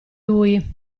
lui